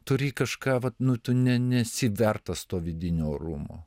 turi kažką vat nu tu ne nesi vertas to vidinio orumo